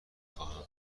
خواهم